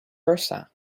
versa